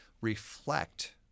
reflect